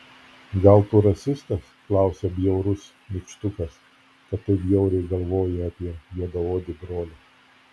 gal tu rasistas klausia bjaurus nykštukas kad taip bjauriai galvoji apie juodaodį brolį